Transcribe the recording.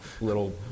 little